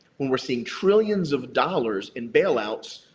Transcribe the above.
when we're seeing trillion of dollars in bailouts,